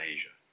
Asia